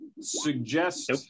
suggest